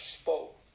spoke